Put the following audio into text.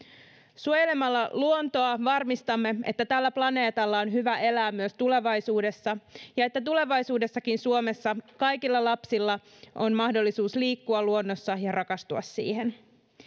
suojelemalla luontoa varmistamme että tällä planeetalla on hyvä elää myös tulevaisuudessa ja että tulevaisuudessakin suomessa kaikilla lapsilla on mahdollisuus liikkua luonnossa ja rakastua siihen